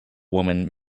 woman